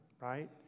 right